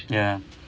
ya